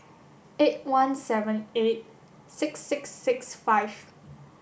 eight one seven eight six six six five